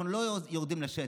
אנחנו לא יורדים לשטח,